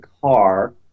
car